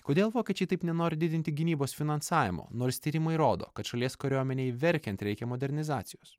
kodėl vokiečiai taip nenori didinti gynybos finansavimo nors tyrimai rodo kad šalies kariuomenei verkiant reikia modernizacijos